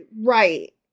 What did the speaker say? Right